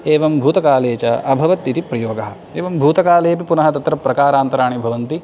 एवं भूतकाले च अभवत् इति प्रयोगः एवं भूतकाले अपि पुनः तत्र प्रकारान्तराणि भवन्ति